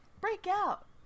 Breakout